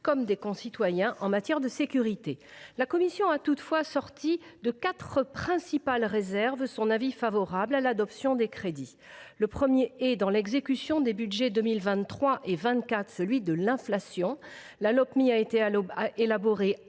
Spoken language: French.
de nos concitoyens en matière de sécurité. La commission a toutefois assorti de quatre principales réserves son avis favorable sur l’adoption des crédits. La première est due, dans l’exécution des budgets 2023 et 2024, aux effets de l’inflation. La Lopmi a été élaborée